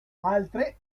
altre